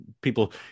People